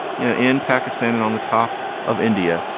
you know, in pakistan. and on the top of india,